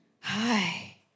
Hi